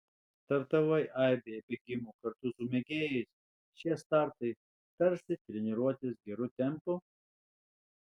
startavai aibėje bėgimų kartu su mėgėjais šie startai tarsi treniruotės geru tempu